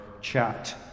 chat